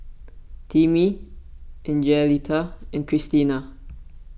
Timmy Angelita and Kristina